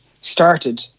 started